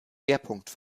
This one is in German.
erklärt